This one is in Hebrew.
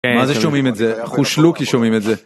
מה זה שומעים את זה, אחושלוקי שומעים את זה.